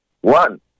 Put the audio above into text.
One